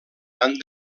han